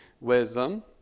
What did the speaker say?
wisdom